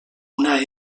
una